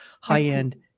high-end